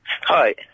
Hi